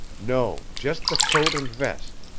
no, just the coat and vest.